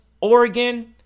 Oregon